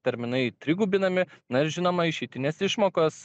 terminai trigubinami na ir žinoma išeitinės išmokos